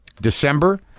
December